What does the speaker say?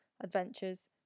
adventures